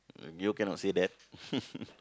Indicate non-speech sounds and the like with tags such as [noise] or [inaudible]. [noise] you cannot say that [laughs]